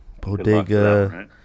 Bodega